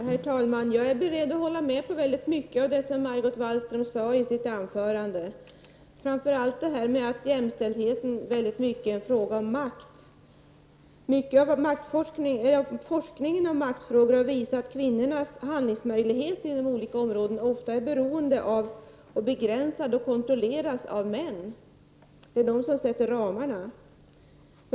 Herr talman! Jag är beredd att hålla med om mycket av vad Margot Wallström sade i sitt anförande, framför allt detta att jämställdheten mycket är en fråga om makt. Mycket av forskningen av maktfrågor har visat att kvinnornas handlingsmöjligheter inom olika områden ofta är beroende av och begränsade och kontrollerade av män. Det är de som sätter ramarna.